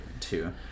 two